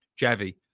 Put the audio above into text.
Javi